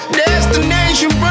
destination